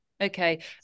Okay